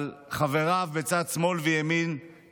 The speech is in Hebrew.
אבל חבריו בצד שמאל וימין,